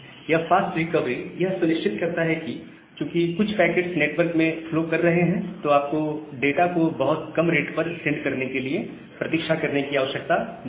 यह fast recovery यह सुनिश्चित करता है कि चूकि कुछ पैकेट नेटवर्क में फ्लो कर रहे हैं तो आपको डाटा को बहुत कम रेट पर सेंड करने के लिए प्रतीक्षा करने की आवश्यकता नहीं है